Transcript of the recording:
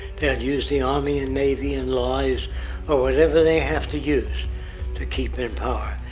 they'll use the army and navy and lies or whatever they have to use to keep in power.